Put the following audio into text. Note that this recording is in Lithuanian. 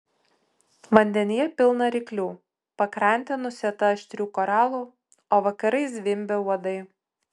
vandenyje pilna ryklių pakrantė nusėta aštrių koralų o vakarais zvimbia uodai